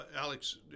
Alex